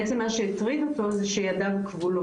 בעצם מה שהטריד אותו הוא שידיו כבולות,